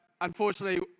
unfortunately